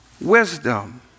wisdom